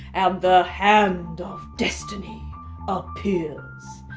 and the hand of destiny appears.